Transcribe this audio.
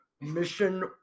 mission